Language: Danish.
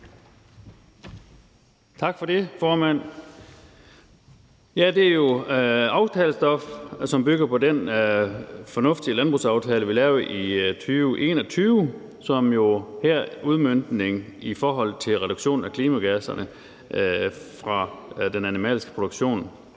Tak for det, formand. Det er jo aftalestof, som bygger på den fornuftige landbrugsaftale, vi lavede i 2021, og som jo her udmøntes i forhold til reduktion af klimagasserne fra den animalske produktion.